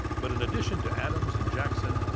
but in addition to adams and jackson,